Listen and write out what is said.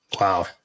Wow